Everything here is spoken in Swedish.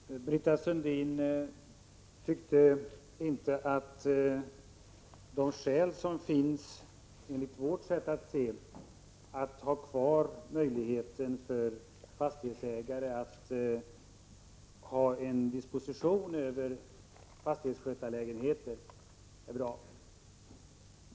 Fru talman! Britta Sundin tyckte inte att de skäl som enligt vårt sätt attse — 14 maj 1987 finns att ha kvar möjligheten för fastighetsägare till disposition över fastighetsskötarlägenheter är bra.